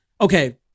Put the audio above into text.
okay